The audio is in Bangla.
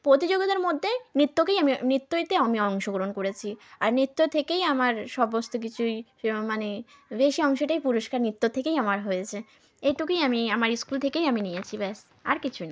প্রতিযোগিতার মধ্যে নৃত্যকেই আমি নৃত্যতে আমি অংশগ্রহণ করেছি আর নৃত্য থেকেই আমার সমস্ত কিছুই সেও মানে বেশি অংশটাই পুরুস্কার নৃত্য থেকেই আমার হয়েছে এটুকুই আমি আমার স্কুল থেকেই আমি নিয়েছি ব্যাস আর কিছুই না